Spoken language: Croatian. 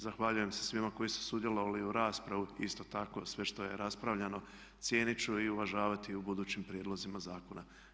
Zahvaljujem se svima koji su sudjelovali u raspravi, i isto tako sve što je raspravljano cijenit ću i uvažavati u budućim prijedlozima zakona.